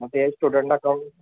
मग ते student account